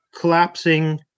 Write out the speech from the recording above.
collapsing